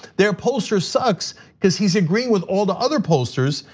their pollster sucks coz he's agreeing with all the other pollsters,